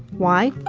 why?